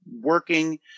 working